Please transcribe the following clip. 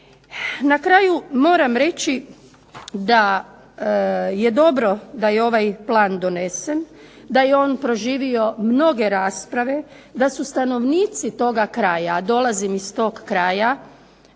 Na kraju moram reći da je dobro da je ovaj plan donesen, da je on proživio mnoge rasprave, da su stanovnici toga kraja, dolazim iz tog kraja,